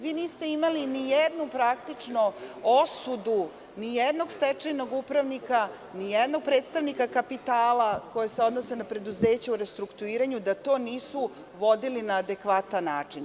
Vi niste imali ni jednu praktično osudu nijednog stečajnog upravnika, nijednog predstavnika kapitala, a koja se odnose na preduzeća u restrukturiranju, da to nisu vodili na adekvatan način.